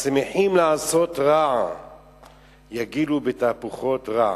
השמחים לעשות רע יגילו בתהפכות רע.